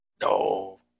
No